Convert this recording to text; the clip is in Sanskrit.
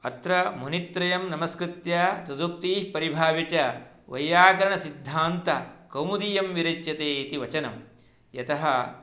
अत्र मुनित्रयं नमस्कृत्य तदुक्तीः परिभाव्य च वैयाकरणसिद्धान्तकौमुदीयं विरच्यते इति वचनं यतः